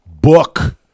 book